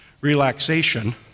relaxation